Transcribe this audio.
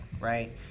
right